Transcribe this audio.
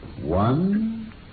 one